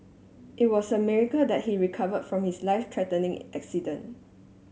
it was a miracle that he recover from his life threatening accident